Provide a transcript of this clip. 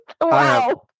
Wow